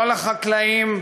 לא לחקלאים,